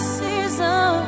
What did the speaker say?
season